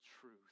truth